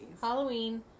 Halloween